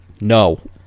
no